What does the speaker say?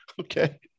Okay